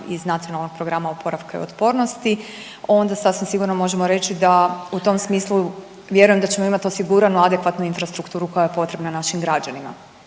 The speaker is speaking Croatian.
iz Nacionalnog plana oporavka i otpornosti, onda sasvim sigurno možemo reći da u tom smislu, vjerujem da ćemo imati osiguranu adekvatnu infrastrukturu koja je potrebna našim građanima.